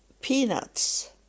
peanuts